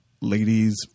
ladies